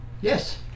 Yes